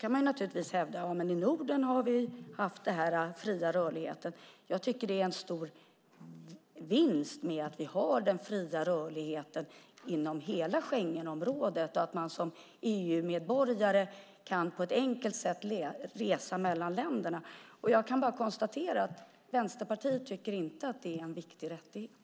Man kan naturligtvis hävda att vi i Norden har haft den fria rörligheten även tidigare, men jag tycker att det är en stor vinst att vi har den fria rörligheten inom hela Schengenområdet och att man som EU-medborgare kan resa mellan länderna på ett enkelt sätt. Jag kan bara konstatera att Vänsterpartiet inte tycker att det är en viktig rättighet.